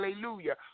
Hallelujah